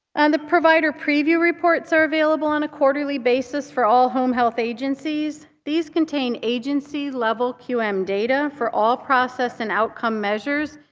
and the provider preview reports are available on a quarterly basis for all home health agencies. these contain agency-level qm um data for all process and outcome measures,